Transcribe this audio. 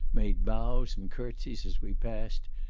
made bows and courtseys as we passed,